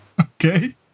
Okay